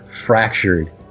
fractured